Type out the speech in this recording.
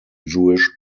jewish